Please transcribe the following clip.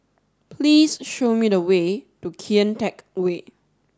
please show me the way to Kian Teck Way